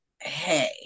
hey